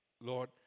Lord